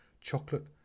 chocolate